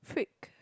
freak